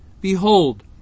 behold